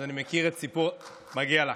מגיע לה.